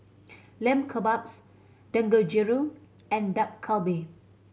Lamb Kebabs Dangojiru and Dak Galbi